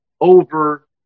over